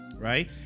Right